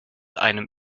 einem